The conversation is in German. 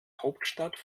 hauptstadt